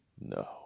No